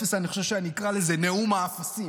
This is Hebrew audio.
אני חושב שאני אקרא לזה נאום האפסים.